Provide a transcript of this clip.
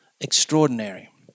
Extraordinary